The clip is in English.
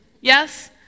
Yes